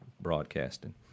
broadcasting